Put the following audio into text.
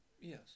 Yes